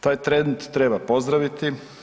Taj trend treba pozdraviti.